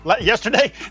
yesterday